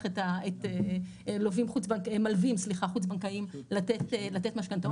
את המלווים החוץ בנקאיים לתת משכנתאות.